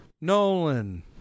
Nolan